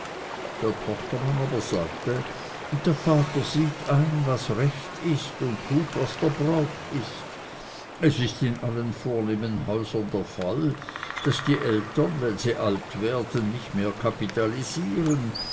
der tochtermann aber sagte der vater sieht ein was recht ist und tut was der brauch ist es ist in allen vornehmen häusern der fall daß die eltern wenn sie alt werden nicht mehr kapitalisieren